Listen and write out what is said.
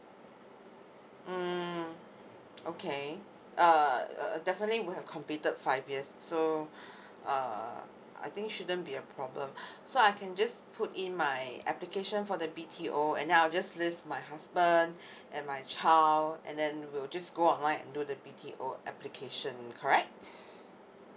mm okay err definitely would have completed five years so uh I think shouldn't be a problem so I can just put in my application for the B T O and then I will just list my husband and my child and then we will just go online and do the B T O application correct